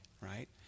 right